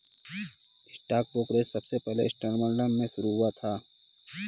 stock brokerage सबसे पहले Amsterdam में शुरू हुआ था